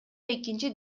экинчи